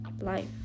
life